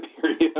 period